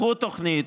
לקחו תוכנית,